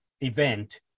event